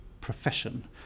profession